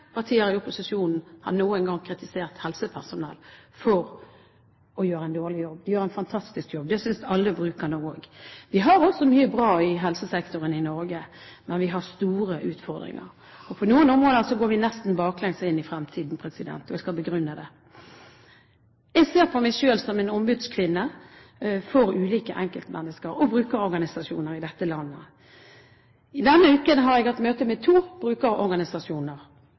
partier i opposisjonen har noen gang kritisert helsepersonell for å gjøre en dårlig jobb. De gjør en fantastisk jobb. Det synes alle brukerne også. Vi har mye bra i helsesektoren i Norge, men vi har også store utfordringer. På noen områder går vi nesten baklengs inn i fremtiden, og jeg skal begrunne det: Jeg ser på meg selv som en ombudskvinne for ulike enkeltmennesker og brukerorganisasjoner i dette landet. I denne uken har jeg hatt møte med to brukerorganisasjoner.